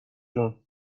جون